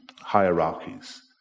hierarchies